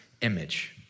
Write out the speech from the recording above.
image